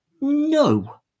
No